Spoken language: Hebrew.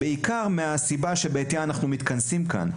בעיקר מהסיבה שבעטיה אנחנו מתכנסים כאן.